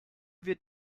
wird